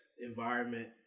environment